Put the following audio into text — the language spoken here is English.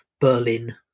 Berlin